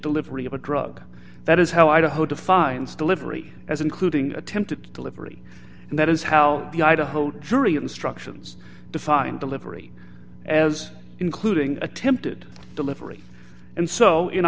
delivery of a drug that is how idaho defines delivery as including attempted delivery and that is how the idaho during instructions to find delivery as including attempted delivery and so in